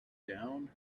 down